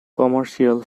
commercial